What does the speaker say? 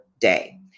day